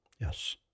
yes